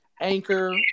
Anchor